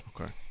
Okay